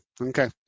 okay